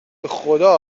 بخدا